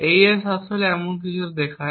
AES আসলে এরকম কিছু দেখায়